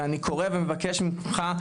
ואני קורא ומבקש ממך,